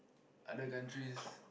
other countries